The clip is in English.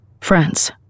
France